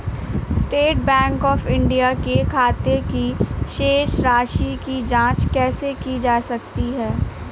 State bank of India के खाते की शेष राशि की जॉंच कैसे की जा सकती है?